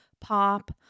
pop